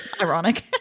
Ironic